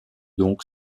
donc